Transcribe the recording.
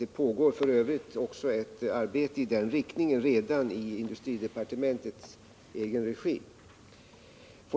Det pågår f. ö. redan ett arbete i den riktningen i industridepartementets egen regi.